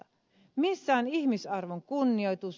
missä on ihmisarvon kunnioitus